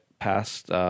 past